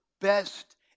best